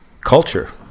culture